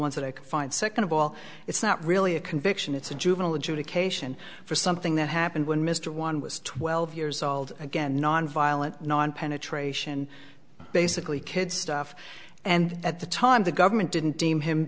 ones that i can find second of all it's not really a conviction it's a juvenile adjudication for something that happened when mr one was twelve years old again nonviolent non penetration basically kid stuff and at the time the government didn't deem him